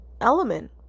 element